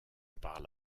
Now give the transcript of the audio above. parle